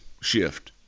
shift